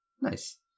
Nice